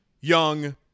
young